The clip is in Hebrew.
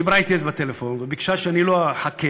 דיברה אתי אז בטלפון וביקשה שלא אחכה.